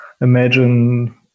imagine